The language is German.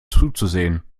zuzusehen